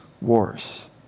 wars